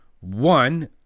One